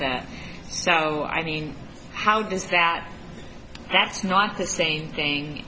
that down oh i mean how does that that's not the same thing